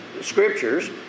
scriptures